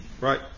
right